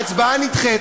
תביא להצבעה.